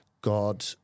God